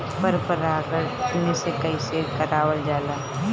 पर परागण अपने से कइसे करावल जाला?